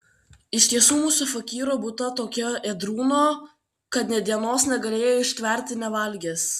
iš tiesų mūsų fakyro būta tokio ėdrūno kad nė dienos negalėjo ištverti nevalgęs